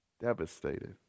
devastated